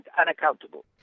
unaccountable